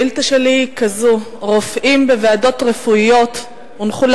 השאילתא שלי היא כזאת: רופאים בוועדות רפואיות הונחו